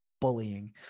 bullying